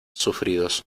sufridos